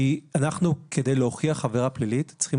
כי כדי להוכיח עבירה פלילית אנחנו צריכים